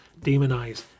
demonize